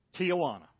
Tijuana